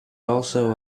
also